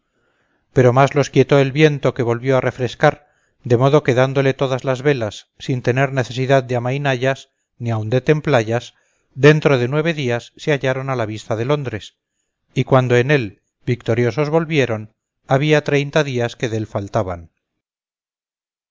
pero más los quietó el viento que volvió a refrescar de modo que dándole todas las velas sin tener necesidad de amainallas ni aun de templallas dentro de nueve días se hallaron a la vista de londres y cuando en él victoriosos volvieron habría treinta días que dél faltaban